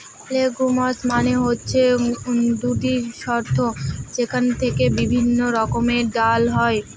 legumes মানে হচ্ছে গুটি শস্য যেখান থেকে বিভিন্ন রকমের ডাল হয়